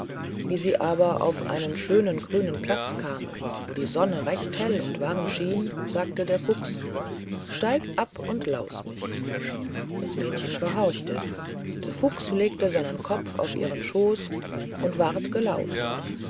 wie sie aber auf einen schönen grünen platz kamen wo die sonne recht hell und warm schien sagte der fuchs steig ab und laus mich das mädchen gehorchte der fuchs legte seinen kopf auf ihren schooß und ward gelaust